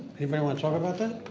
anybody want to talk about that?